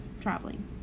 traveling